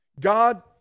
God